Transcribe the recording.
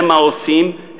הם העושים,